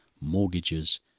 mortgages